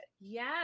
yes